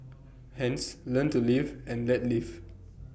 hence learn to live and let live